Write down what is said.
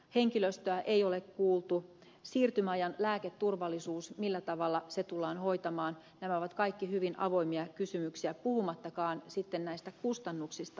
henkilöstöä ei ole kuultu siirtymäajan lääketurvallisuus millä tavalla se tullaan hoitamaan nämä ovat kaikki hyvin avoimia kysymyksiä puhumattakaan sitten näistä kustannuksista